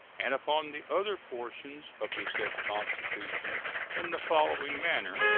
and upon the other portions of the said constitution in the following manner,